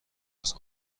است